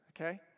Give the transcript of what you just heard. okay